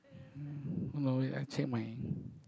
no you ai check mai